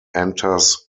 enters